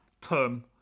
term